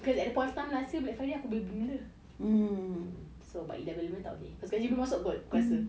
because at the point of time last year black friday aku beli benda so but eleven eleven tak boleh sekali masuk kot aku rasa